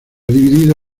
dividido